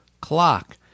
clock